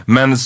Men